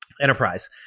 enterprise